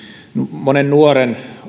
monen nuoren